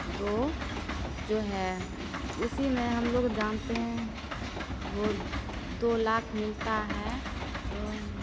तो जो है उसी में हमलोग जानते हैं वह दो लाख मिलता है तो